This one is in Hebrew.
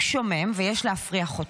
הוא שומם ויש להפריח אותו.